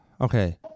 Okay